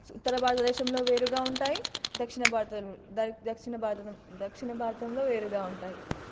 ఉత్తర భారతదేశంలో వేరుగా ఉంటాయి దక్షిణ భారత దక్షిణ భారతం దక్షిణ భారతంలో వేరుగా ఉంటాయి